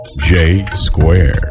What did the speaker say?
J-Square